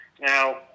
Now